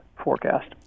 Forecast